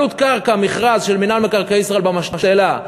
עלות קרקע במכרז של מינהל מקרקעי ישראל במשתלה,